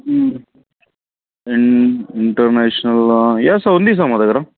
ఇం ఇంటర్నేషనల్ ఎస్ ఉంది సార్ మా దగ్గర